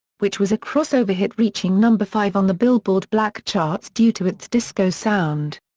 which was a crossover hit reaching number five on the billboard black charts due to its disco sound.